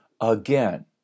again